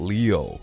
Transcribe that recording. Leo